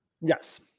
yes